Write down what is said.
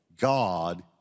God